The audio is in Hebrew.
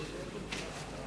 ביטול סעיפים 60 63,